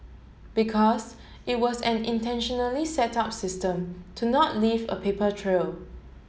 because it was an intentionally set up system to not leave a paper trail